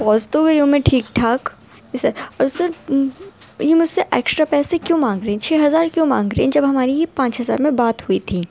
پہنچ تو گئی ہوں ٹھیک ٹھاک جی سر اور سر یہ مجھ سے ایکسٹرا پیسے کیوں مانگ رہے ہیں چھ ہزار کیوں مانگ رہے ہیں جب ہماری ہی پانچ ہزار میں بات ہوئی تھی